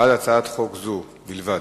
בלבד.